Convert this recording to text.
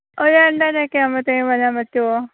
ഒരു രണ്ടരയൊക്കെ ആവുമ്പഴത്തേന് വരാൻ പറ്റുമോ